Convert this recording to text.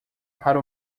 para